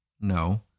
No